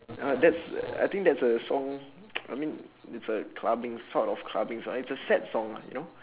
uh that's I think that's a song I mean it's a clubbing sort of clubbing song it's a sad song lah you know